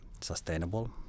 sustainable